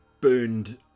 burned